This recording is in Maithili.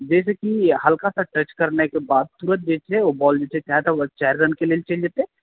जाहिसॅं कि हल्कासॅं टच करनाइ के बाद तुरत जे छै ओ बॉल चारि रन के लिये चलि जेतै